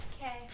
Okay